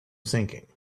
sinking